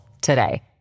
today